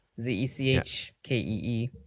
Z-E-C-H-K-E-E